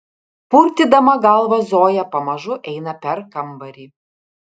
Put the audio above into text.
purtydama galvą zoja pamažu eina per kambarį